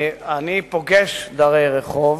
אני פוגש דרי רחוב,